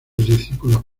discípulos